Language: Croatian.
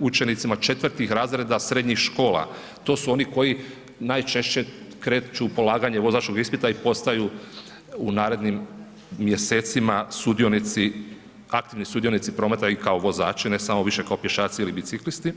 učenicima 4. razreda srednjih škola, to su oni koji najčešće kreću polaganje vozačkog ispita i postaju u narednim mjesecima sudionici, aktivni sudionici prometa i kao vozači, ne samo više kao pješači ili biciklisti.